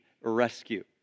rescue